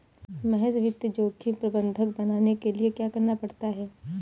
महेश वित्त जोखिम प्रबंधक बनने के लिए क्या करना पड़ता है?